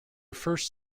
first